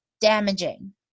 damaging